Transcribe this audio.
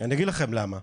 אני אגיד לכם למה,